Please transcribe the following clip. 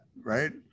Right